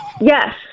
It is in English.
Yes